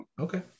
Okay